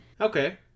Okay